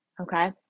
Okay